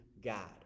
God